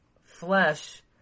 flesh